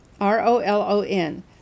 R-O-L-O-N